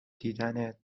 دیدنت